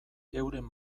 euren